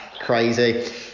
Crazy